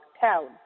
town